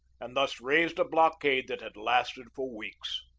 and thus raised a blockade that had lasted for weeks.